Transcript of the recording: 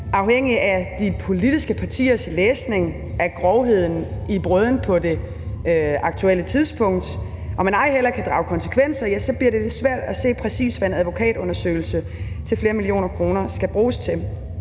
afhængigt af de politiske partiers læsning af grovheden i brøden på det aktuelle tidspunkt, og man ej heller kan drage konsekvenser, bliver det jo svært at se, præcis hvad en advokatundersøgelse til flere millioner kroner skal bruges til.